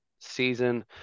season